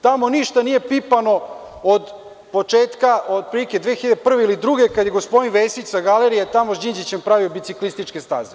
Tamo ništa nije pipano od početka, od prilike 2001. ili 2002. kada je gospodin Vesić sa galerije tamo s Đinđićem tamo pravio biciklističke staze.